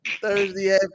Thursday